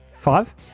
five